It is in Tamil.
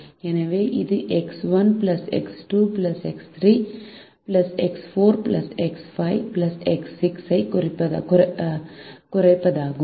எனவே இது x 1 plus x 2 plus x 3 plus x 4 plus x 5 plus x 6 ஐக் குறைப்பதாகும்